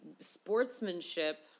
sportsmanship